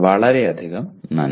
വളരെയധികം നന്ദി